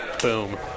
Boom